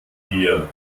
dir